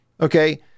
Okay